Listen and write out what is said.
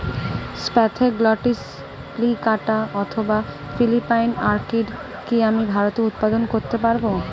Spathoglottis প্লিকাটা অথবা Philippine orchid কি আমি ভারতে উৎপাদন করতে পারবো?